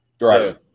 Right